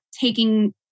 taking